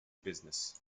business